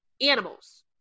animals